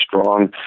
strong